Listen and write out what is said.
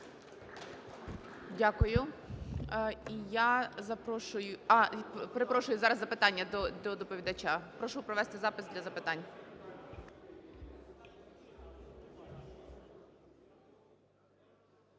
Дякую. І я запрошую… А! Перепрошую! Зараз запитання до доповідача. Прошу провести запис для запитань.